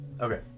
Okay